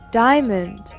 Diamond